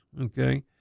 okay